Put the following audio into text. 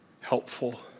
helpful